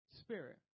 Spirit